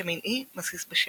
ויטמין E מסיס בשמן.